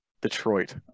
Detroit